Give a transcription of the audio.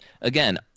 Again